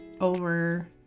over